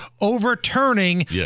overturning